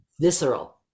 visceral